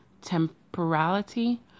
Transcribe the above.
temporality